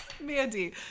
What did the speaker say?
mandy